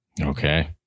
okay